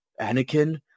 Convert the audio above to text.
Anakin